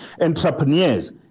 Entrepreneurs